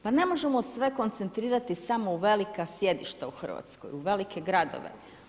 Pa ne možemo sve koncentrirati samo u velika sjedišta u Hrvatskoj, u velike gradove.